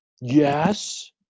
yes